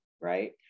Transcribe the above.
right